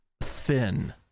thin